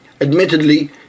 Admittedly